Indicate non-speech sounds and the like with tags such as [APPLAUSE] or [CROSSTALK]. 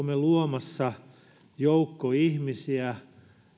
[UNINTELLIGIBLE] me luomassa sellaisen joukon ihmisiä